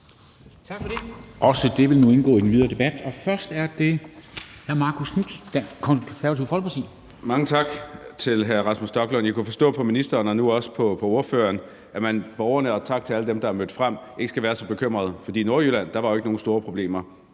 Tak for det.